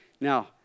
Now